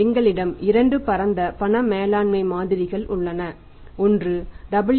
எங்களிடம் இரண்டு பரந்த பண மேலாண்மை மாதிரிகள் உள்ளன ஒன்று W